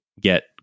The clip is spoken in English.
get